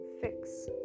fix